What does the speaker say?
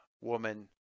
woman